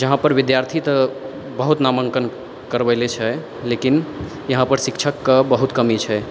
जहाँ पर विद्यार्थी तऽ बहुत नामांकन करवै ने छै लेकिन पर यहाँ पर शिक्षकके बहुत कमी छै